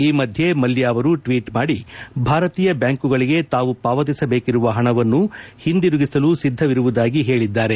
ಈ ಮಧ್ಯ ಮಲ್ಲ ಅವರು ಟ್ವೀಟ್ ಮಾಡಿ ಭಾರತೀಯ ಬ್ಲಾಂಕುಗಳಿಗೆ ತಾವು ಪಾವತಿಸಬೇಕಿರುವ ಹಣವನ್ನು ಹಿಂದಿರುಗಿಸಲು ಸಿದ್ದವಿರುವುದಾಗಿ ಹೇಳಿದ್ದಾರೆ